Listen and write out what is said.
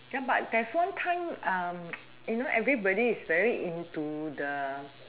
ya but there's one time you know everybody is very into the